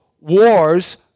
wars